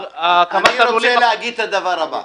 כשהקמת הלולים --- אני רוצה להגיד את הדבר הבא: